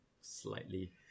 Slightly